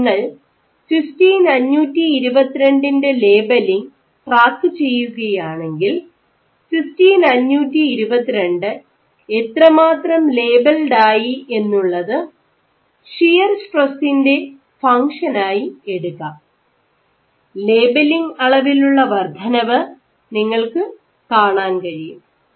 ഇനി നിങ്ങൾ സിസ്റ്റീൻ 522 ൻറെ ലേബലിംഗ് ട്രാക്കു ചെയ്യുകയാണെങ്കിൽ സിസ്റ്റീൻ 522 എത്രമാത്രം ലേബെൽഡ് ആയി എന്നുള്ളത് ഷിയർ സ്ട്രെസ്സിന്റെ ഫങ്ഷൻ ആയി എടുക്കാം ലേബലിംഗ് അളവിലുള്ള വർദ്ധനവ് നിങ്ങൾക്കു കാണാൻ കഴിയും